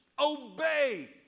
obey